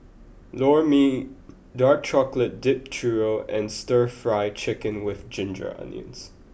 Lor Mee Dark Chocolate Dipped Churro and Stir Fry Chicken with Ginger Onions